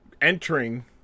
entering